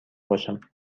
باشم